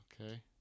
Okay